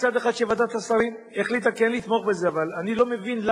אני נותן אפשרות להאריך את זה לתקופות של עד חמש שנים,